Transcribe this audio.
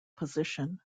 position